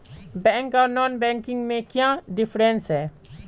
Bank आर non banking में क्याँ डिफरेंस है?